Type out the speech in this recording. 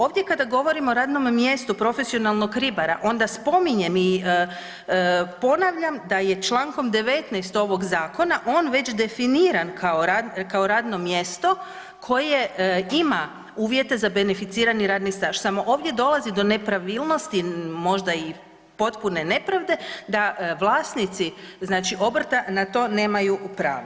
Ovdje kada govorimo o radnome mjestu profesionalnog ribara onda spominjem i ponavljam da je čl. 19. ovog zakona on već definiran kao radno mjesto koje ima uvjete za beneficirani radni staž, samo ovdje dolazi do nepravilnosti, možda i potpune nepravde da vlasnici znači obrta na to nemaju pravo.